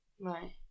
Right